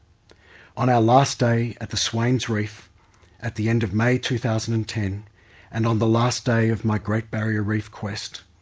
on our last day at the swains reef at the end of may two thousand and ten and on the last day of my great barrier reef quest,